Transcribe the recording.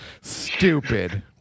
Stupid